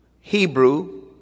Hebrew